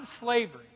slavery